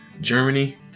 Germany